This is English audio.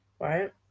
Right